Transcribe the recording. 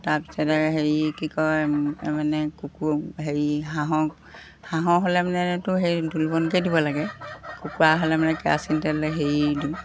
তাৰপিছতে হেৰি কি কয় মানে কুকুৰা হেৰি হাঁহ হাঁহৰ হ'লে মানেতো সেই দোলবনকে দিব লাগে কুকুৰা হ'লে মানে কেৰাচিন তেলে হেৰি দিওঁ